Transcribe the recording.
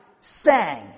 sang